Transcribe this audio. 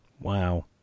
Wow